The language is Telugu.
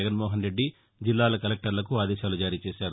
జగన్మోహన్రెద్ది జిల్లాల కలెక్టర్లకు ఆదేశాలు జారీ చేశారు